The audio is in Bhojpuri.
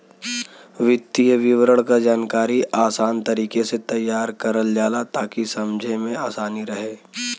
वित्तीय विवरण क जानकारी आसान तरीके से तैयार करल जाला ताकि समझे में आसानी रहे